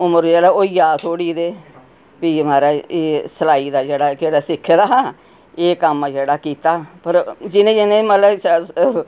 जिसलै उमर जेल्लै होई जा थोह्ड़ी तां फ्ही माराज सलाई दा जेहड़ा सिक्खे दा हा एह् कम्म जेहड़ा कीता पर जि'नें जि'नें मतलब